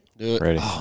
Ready